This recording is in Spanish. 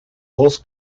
dos